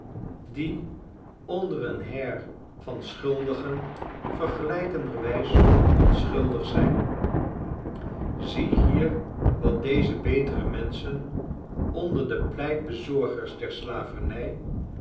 die onder een heir van schuldigen vergelijkenderwijs onschuldig zijn ziehier wat deze betere menschen onder de pleitbezorgers der slavernij